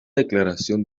declaración